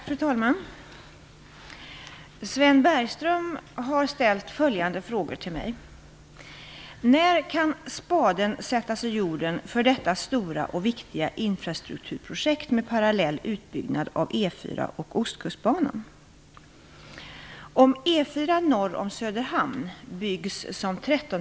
Fru talman! Sven Bergström har ställt följande frågor till mig: När kan spaden sättas i jorden för detta stora och viktiga infrastrukturprojekt med parallell utbyggnad av E 4 och Ostkustbanan?